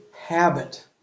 habit